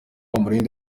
umurindi